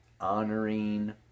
honoring